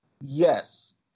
yes